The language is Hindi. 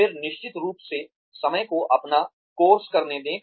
फिर निश्चित रूप से समय को अपना कोर्स करने दें